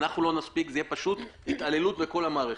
אנחנו לא נספיק זו תהיה פשוט התעללות בכל המערכת.